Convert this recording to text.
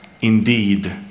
indeed